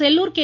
Sellur K